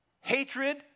Hatred